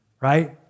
Right